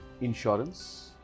insurance